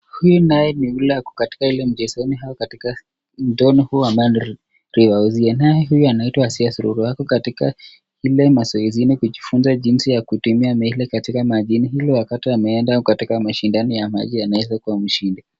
Huyu naye ni yule ako katika ile mchezoni au katika mtoni huu wa River Oise. Naye anaitwa Asiya Sururu ako katika hilo mazoezini kujifunza jinsi ya kutumia meli katika majini ili wakati ameenda katika mashindano ya maji anaweza kuwa mshindi.